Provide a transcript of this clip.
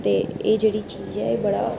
ते एह् जेह्ड़ी चीज़ ऐ एह् बड़ा